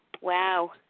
Wow